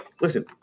listen